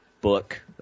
book